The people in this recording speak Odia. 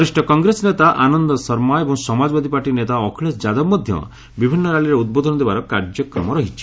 ବରିଷ୍ଠ କଂଗ୍ରେସ ନେତା ଆନନ୍ଦ ଶର୍ମା ଏବଂ ସମାଜବାଦୀ ପାର୍ଟି ନେତା ଅଖିଳେଶ ଯାଦବ ମଧ୍ୟ ବିଭିନ୍ନ ର୍ୟାଲିରେ ଉଦ୍ବୋଧନ ଦେବାର କାର୍ଯ୍ୟକ୍ରମ ରହିଛି